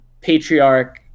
patriarch